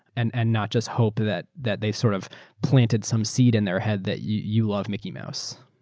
and and not just hope that that they sort of planted some seed in their head that you love mickey mouse.